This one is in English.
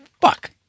fuck